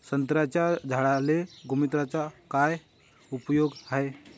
संत्र्याच्या झाडांले गोमूत्राचा काय उपयोग हाये?